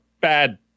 bad